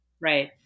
Right